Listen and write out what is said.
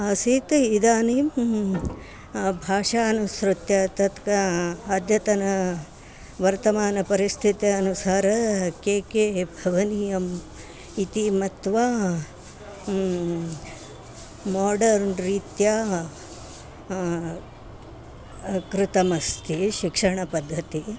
आसीत् इदानीं भाषामनुसृत्य तत्का अद्यतनवर्तमानपरिस्थित्यानुसारं के के भवनीयम् इति मत्वा माडर्न् रीत्या कृतमस्ति शिक्षणपद्धतिः